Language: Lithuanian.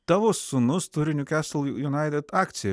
tavo sūnus turi newcastle united akciją